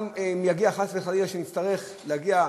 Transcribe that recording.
גם אם יגיע חס וחלילה שנצטרך להגיע,